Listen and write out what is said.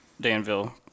Danville